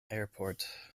airport